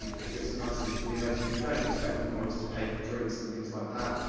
cause it's a nice thing to do. basically, don't expect them always to pay for drinks and things like that.